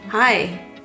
Hi